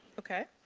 okay.